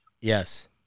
Yes